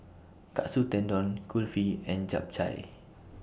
Katsu Tendon Kulfi and Japchae